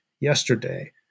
yesterday